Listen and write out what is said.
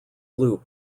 loop